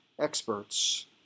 experts